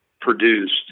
produced